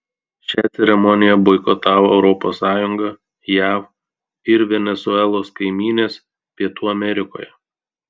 šią ceremoniją boikotavo europos sąjunga jav ir venesuelos kaimynės pietų amerikoje